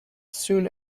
soon